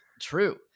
true